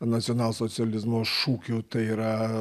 nacionalsocializmo šūkių tai yra